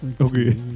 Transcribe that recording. Okay